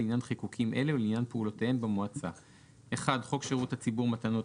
לעניין חיקוקים אלה ולעניין חוק שירות הציבור (מתנות),